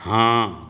ہاں